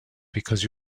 because